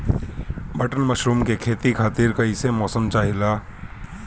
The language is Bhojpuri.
बटन मशरूम के खेती खातिर कईसे मौसम चाहिला?